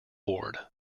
board